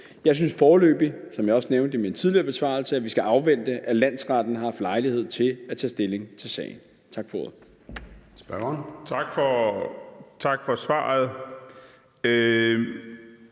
Jeg synes foreløbig, som jeg også nævnte i min tidligere besvarelse, at vi skal afvente, at landsretten har haft lejlighed til at tage stilling til sagen. Tak for ordet.